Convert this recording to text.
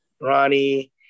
Ronnie